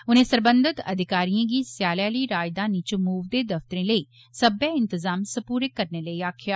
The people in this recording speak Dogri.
उनें सरबंधत अधिकारिएं गी स्यालै आली राजघानी च मूव दे दफ्तरें लेई सब्बै इंतजाम सपूरे करने लेई आक्खेआ